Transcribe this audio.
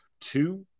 two